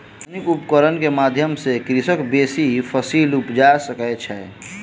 आधुनिक उपकरण के माध्यम सॅ कृषक बेसी फसील उपजा सकै छै